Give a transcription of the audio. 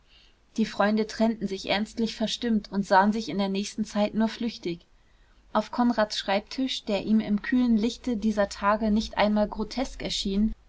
die freunde trennten sich ernstlich verstimmt und sahen sich in der nächsten zeit nur flüchtig auf konrads schreibtisch der ihm im kühlen lichte dieser tage nicht einmal grotesk erschien